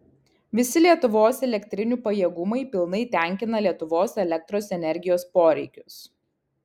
visi lietuvos elektrinių pajėgumai pilnai tenkina lietuvos elektros energijos poreikius